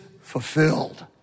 fulfilled